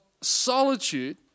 solitude